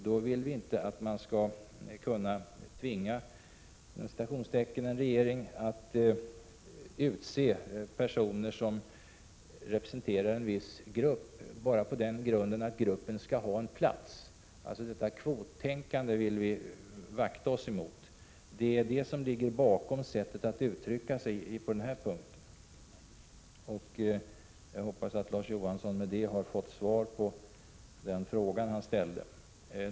Vi vill att man inte skall kunna ”tvinga” en regering att utse personer som representerar en viss grupp, bara på den grunden att denna grupp skall ha en plats. Ett sådant kvottänkande vill vi vända oss emot, och det är det som ligger bakom uttryckssättet på denna punkt. Jag hoppas att Larz Johansson med detta har fått svar på den fråga som han ställde.